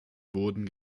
wurden